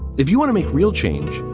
if you want to make real change.